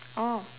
oh